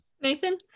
Nathan